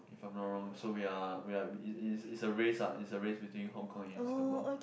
if I'm not wrong so we are we are it's it's it's a race ah it's a race between Hong-Kong and Singapore